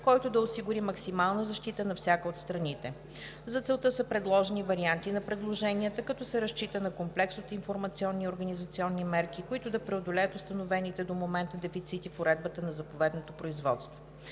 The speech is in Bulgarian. който да осигури максимална защита на всяка от страните. За целта са предложени варианти на предложенията, като се разчита на комплекс от информационни и организационни мерки, които да преодолеят установените до момента дефицити в уредбата на заповедното производство.